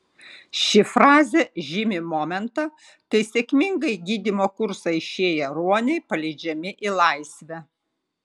ši frazė žymi momentą kai sėkmingai gydymo kursą išėję ruoniai paleidžiami į laisvę